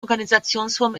organisationsform